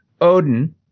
Odin